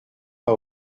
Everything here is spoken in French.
pas